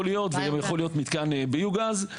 יכול להיות מתקן ביו גז.